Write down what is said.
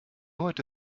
heute